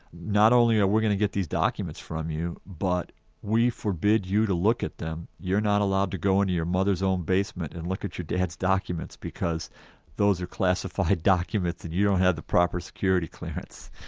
not only are we going to get these documents from you, but we forbid you to look at them. you're not allowed to go and your mother's own basement and look at your dad's documents because those are classified documents, and you don't have the proper security clearance.